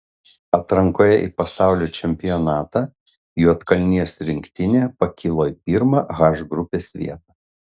atrankoje į pasaulio čempionatą juodkalnijos rinktinė pakilo į pirmą h grupės vietą